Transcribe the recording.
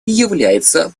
является